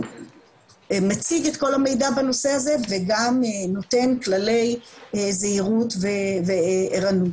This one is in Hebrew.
מציג את כל המידע בנושא הזה וגם נותן כללי זהירות וערנות.